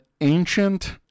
Ancient